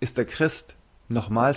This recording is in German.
ist er christ nochmals